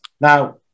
now